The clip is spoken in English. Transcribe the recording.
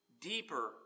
deeper